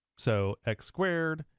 so x squared,